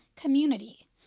community